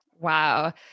Wow